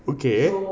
okay